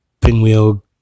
pinwheel